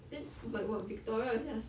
then like what victoria is just